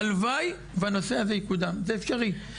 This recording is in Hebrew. הלוואי והנושא הזה יקודם, זה אפשרי.